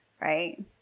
right